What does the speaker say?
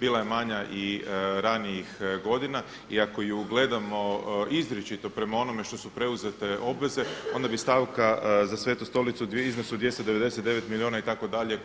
Bila je manja i ranijih godina i ako ju gledamo izričito prema onome što su preuzete obveze onda bi stavka za Svetu Stolicu u iznosu od 299 milijuna itd.